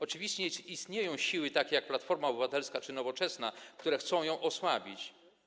Oczywiście istnieją siły takie jak Platforma Obywatelska czy Nowoczesna, które chcą ją osłabić.